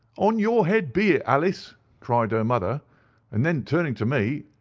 on your head be it, alice cried her mother and then, turning to me,